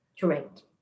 Correct